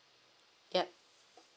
yup